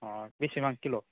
अ बेसेबां किल'